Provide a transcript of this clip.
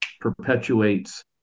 Perpetuates